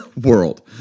world